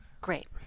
Great